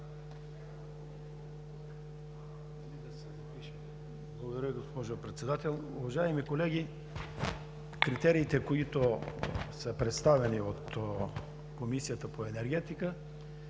Благодаря, госпожо Председател. Уважаеми колеги, критериите, които са представени от Комисията по енергетика,